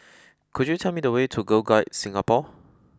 could you tell me the way to Girl Guides Singapore